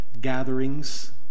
gatherings